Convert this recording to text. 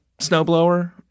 snowblower